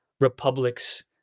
republics